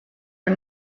are